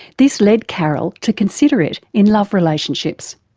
this led karyl to consider it in love relationships.